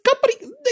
company